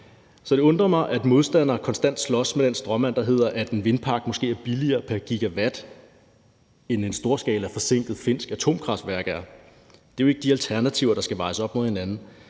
Så det undrer mig, at modstandere konstant slås med den stråmand om, at en vindmøllepark måske er billigere pr. gigawatt, end et stort skaleret og forsinket finsk atomkraftværk er. Det er jo ikke de alternativer, der skal vejes op mod hinanden.